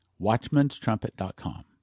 Watchmanstrumpet.com